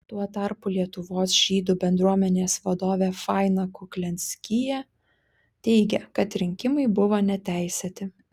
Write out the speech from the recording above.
tuo tarpu lietuvos žydų bendruomenės vadovė faina kuklianskyje teigia kad rinkimai buvo neteisėti